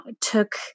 took